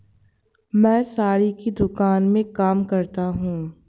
मैं साड़ी की दुकान में काम करता हूं